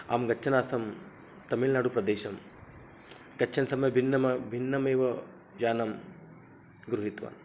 अहं गच्छन्नासं तमिल्नाडु प्रदेशं गच्छन् समये भिन्नम भिन्नमेव यानं गृहीत्वान्